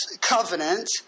covenant